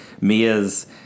Mia's